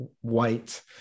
white